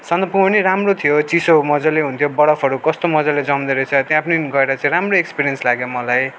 सन्दकपू पनि राम्रो थियो चिसो मजाले हुन्थ्यो बरफहरू कस्तो मजाले जम्दोरहेछ त्यहाँ पनि गएर चाहिँ राम्रो एक्सपिरियन्स लाग्यो मलाई